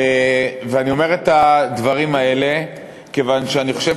ואני אומר את הדברים האלה כיוון שאני חושב